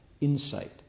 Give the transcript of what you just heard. insight